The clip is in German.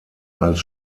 als